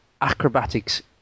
acrobatics